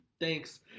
thanks